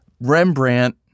Rembrandt